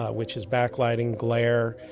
ah which is backlighting, glare,